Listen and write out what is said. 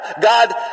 God